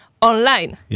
online